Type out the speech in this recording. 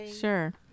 sure